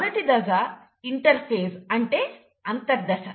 మొదటి దశ ఇంటర్ఫేస్ అంటే అంతర్దశ